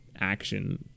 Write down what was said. action